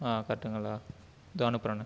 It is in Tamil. கரெட்டுங்களா தோ அனுப்புகிறேண்ணே